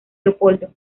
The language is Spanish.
leopoldo